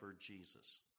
Jesus